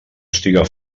estiga